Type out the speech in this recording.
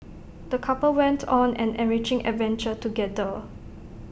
the couple went on an enriching adventure together